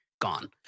gone